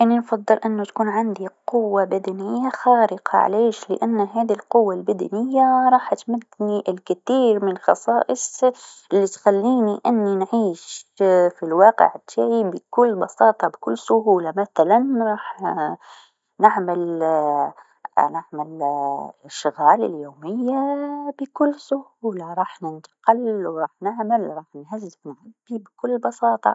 أنا نفضل أنو تكون عندي قوة بدنيه خارقه علاش لأن هاذي القوه البدنيه راح تمدني الكثير من الخصائص ألي تخليني أني نعيش في الواقع تاعي بكل بساطه و بكل سهوله مثلا راح نعمل راح نعمل الأشغال اليوميه بكل سهوله راح ننتقل و راح نعمل راح نهز و نعبي بكل بساطه.